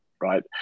right